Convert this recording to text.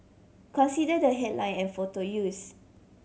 consider the headline and photo use